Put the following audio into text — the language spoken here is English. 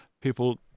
people